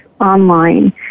online